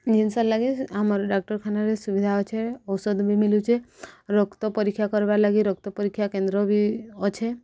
ଜିନିଷର୍ ଲାଗି ଆମର ଡାକ୍ତରଖାନାରେ ସୁବିଧା ଅଛେ ଔଷଧ ବି ମିଲୁଛେ ରକ୍ତ ପରୀକ୍ଷା କରବାର୍ ଲାଗି ରକ୍ତ ପରୀକ୍ଷା କେନ୍ଦ୍ର ବି ଅଛେ